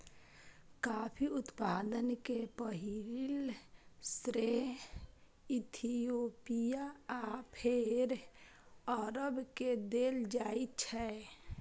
coffee उत्पादन के पहिल श्रेय इथियोपिया आ फेर अरब के देल जाइ छै